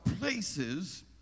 places